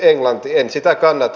en sitä kannata